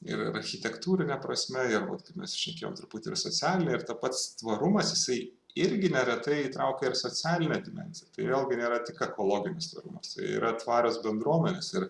ir architektūrine prasme jie vat kaip mes ir šnekėjom truputį ir socialine ir ta pats tvarumas jisai irgi neretai įtraukia ir socialinę dimensiją tai vėlgi nėra tik ekologinis tvarumas tai tai yra tvarios bendruomenės ir